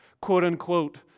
quote-unquote